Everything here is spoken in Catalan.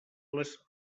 les